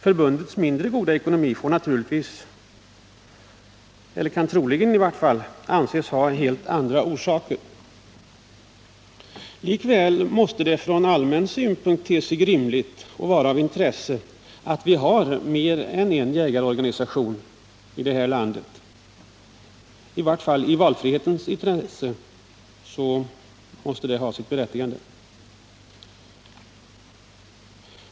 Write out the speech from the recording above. Förbundets mindre goda ekonomi får troligen anses ha helt andra orsaker. Likväl måste det från allmän synpunkt te sig rimligt och vara av intresse att vi har mer än en jägarorganisation i det här landet — i vart fall i valfrihetens intresse måste det ha sitt berättigande.